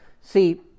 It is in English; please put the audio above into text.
See